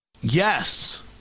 Yes